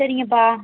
சரிங்கப்பா